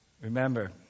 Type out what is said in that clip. remember